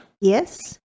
Yes